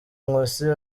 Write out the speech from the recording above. nkusi